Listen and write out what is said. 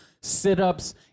sit-ups